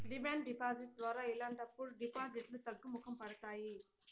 demand deposit ద్వారా ఇలాంటప్పుడు డిపాజిట్లు తగ్గుముఖం పడతాయి